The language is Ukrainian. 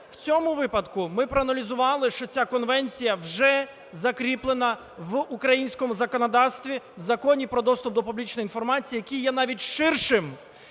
В цьому випадку ми проаналізували, що ця конвенція вже закріплена в українському законодавстві в Законі "Про доступ до публічної інформації", який є навіть ширшим.